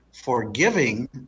Forgiving